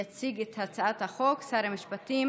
יציג את הצעת החוק שר המשפטים